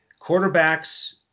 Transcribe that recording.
quarterbacks